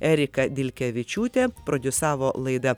erika dilkevičiūtė prodiusavo laidą